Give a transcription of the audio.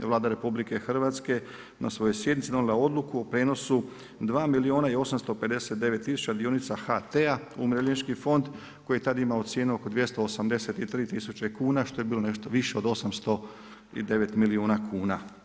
Vlada RH na svojoj sjednici donijela odluku o prijenosu 2 milijuna i 859 tisuća dionica HT-a u Umirovljenički fond koji je tad imao cijenu oko 283 tisuće kuna što je bilo nešto više od 809 milijuna kuna.